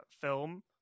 film